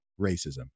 racism